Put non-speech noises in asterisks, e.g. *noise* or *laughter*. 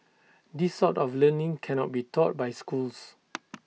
this sort of learning cannot be taught by schools *noise*